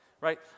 Right